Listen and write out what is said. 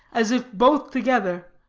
as if both together,